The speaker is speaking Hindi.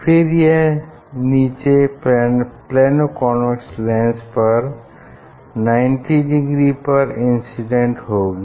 फिर यह नीचे प्लेनो कॉन्वेक्स लेंस पर 90 डिग्री पर इंसीडेंट होंगी